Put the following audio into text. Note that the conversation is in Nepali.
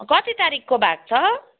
कति तारिकको भएको छ